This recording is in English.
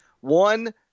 One